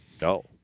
No